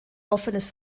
offenes